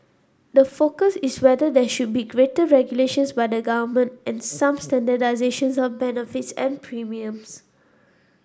the focus is whether there should be greater regulations by the government and some standardisations of benefits and premiums